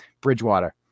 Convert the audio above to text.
bridgewater